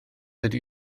ydy